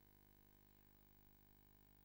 אדוני